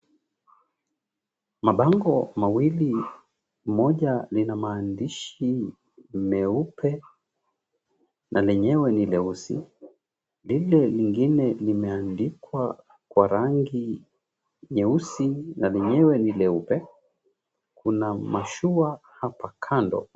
Mabango mawili moja lina maandishi meupe na lenyewe ni leusi, lile lingine limeandikwa kwa rangi nyeusi na lenyewe ni leupe. Kuna mashua hapa kando.